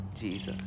Jesus